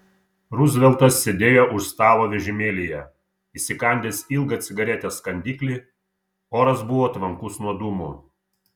ruzveltas sėdėjo už stalo vežimėlyje įsikandęs ilgą cigaretės kandiklį oras buvo tvankus nuo dūmų